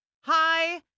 hi